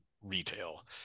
retail